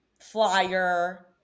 flyer